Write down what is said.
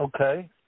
Okay